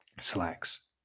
slacks